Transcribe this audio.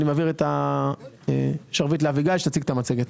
אני מעביר את השרביט לאביגיל שתציג את המצגת.